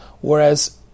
Whereas